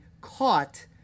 caught